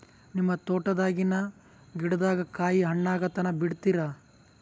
ನಿಮ್ಮ ತೋಟದಾಗಿನ್ ಗಿಡದಾಗ ಕಾಯಿ ಹಣ್ಣಾಗ ತನಾ ಬಿಡತೀರ?